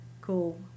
cool